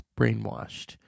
Brainwashed